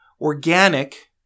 organic